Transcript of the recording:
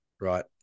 Right